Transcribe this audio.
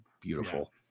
beautiful